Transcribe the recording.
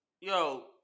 Yo